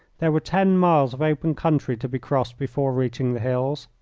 there were ten miles of open country to be crossed before reaching the hills.